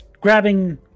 grabbing